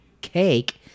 cake